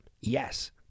Yes